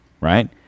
right